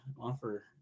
offer